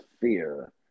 fear